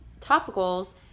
topicals